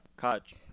catch